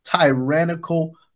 Tyrannical